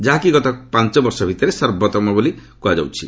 ଯାହାକି ଗତ ପାଞ୍ଚ ବର୍ଷ ଭିତରେ ସର୍ବତମ ବୋଲି କୁହାଯାଉଛି